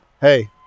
Hey